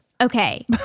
Okay